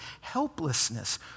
helplessness